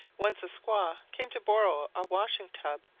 once a squaw came to borrow a washing-tub,